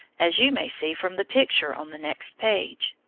as you may see from the picture on the next page.